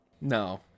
no